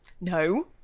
No